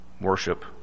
worship